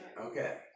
Okay